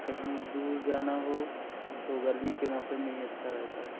कहीं दूर जाना हो तो गर्मी के मौसम में ही अच्छा रहता है